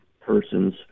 person's